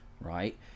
right